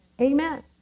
Amen